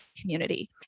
community